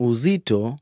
Uzito